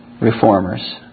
reformers